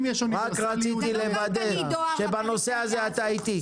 רק רציתי לוודא שבנושא הזה אתה איתי.